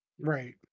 right